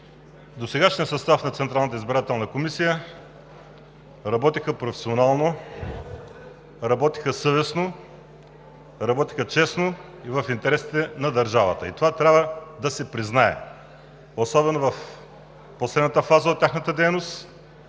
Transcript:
комисия работи професионално, работи съвестно, работи честно и в интересите на държавата. Това трябва да се признае, особено в последната фаза от тяхната дейност,